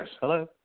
Hello